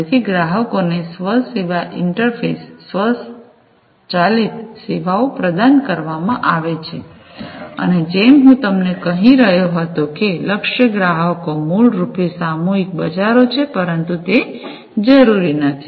તેથી ગ્રાહકોને સ્વ સેવા ઇંટરફેસ સ્વચાલિત સેવાઓ પ્રદાન કરવામાં આવે છે અને જેમ હું તમને કહી રહ્યો હતો કે લક્ષ્ય ગ્રાહકો મૂળ રૂપે સામૂહિક બજારો છે પરંતુ તે જરૂરી નથી